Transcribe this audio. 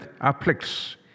afflicts